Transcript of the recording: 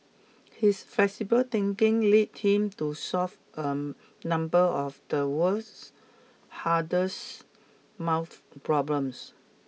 his flexible thinking led him to solve a number of the world's hardest math problems